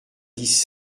dix